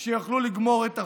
שיוכלו לגמור את החודש?